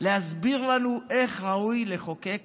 להסביר לנו איך ראוי לחוקק